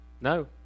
No